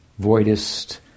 voidist